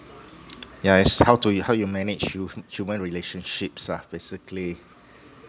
yeah is how to you how you manage hu~ human relationships lah basically